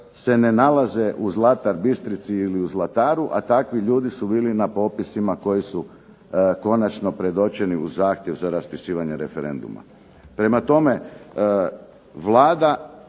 se ne nalaze u Zlatar Bistrici ili u Zlataru, a takvi ljudi su bili na popisima koji su konačno predočeni u zahtjev za raspisivanje referenduma. Prema tome, Vlada